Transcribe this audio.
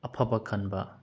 ꯑꯐꯕ ꯈꯟꯕ